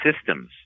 systems